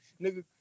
Nigga